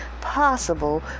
possible